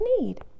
need